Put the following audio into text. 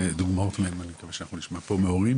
דוגמאות מהם אני מקווה שאנחנו נשמע פה מהורים,